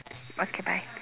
okay bye